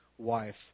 Wife